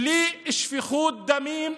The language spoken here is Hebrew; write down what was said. בלי שפיכות דמים,